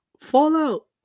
Fallout